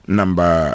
number